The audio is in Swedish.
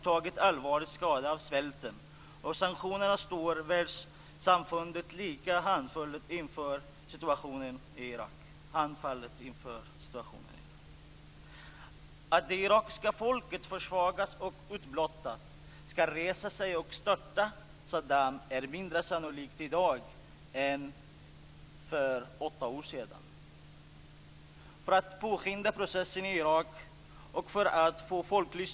Målet "Barnets bästa" skall genomsyra Sveriges internationella utvecklingsarbete, och som grund för arbetet skall konventionen om barnets rättigheter ligga. Genomgående skall flickors och pojkars olika villkor uppmärksammas. Några av de viktigaste frågorna som Sverige skall driva är ett ännu tydligare perspektiv än i dag utifrån mänskliga rättigheter, ökad fattigdomsbekämpning och satsning på utbildning.